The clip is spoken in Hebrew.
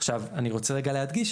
אני רוצה להדגיש,